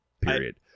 Period